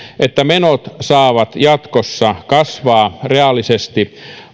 että menot saavat jatkossa kasvaa reaalisesti